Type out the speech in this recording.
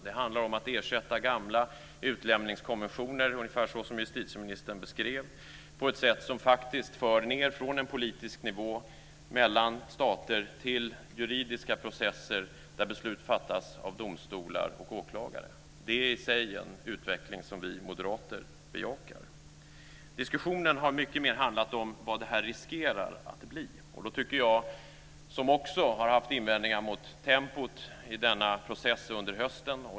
Det handlar om att ersätta gamla utlämningskonventioner, ungefär så som justitieministern beskrev, på ett sätt som faktiskt för ned detta från en politisk nivå mellan stater till juridiska processer där beslut fattas av domstolar och åklagare. Det är i sig en utveckling som vi moderater bejakar. Diskussionen har mycket mer handlat om vad det här riskerar att bli. Jag har också haft invändningar mot tempot i denna process under hösten.